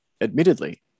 admittedly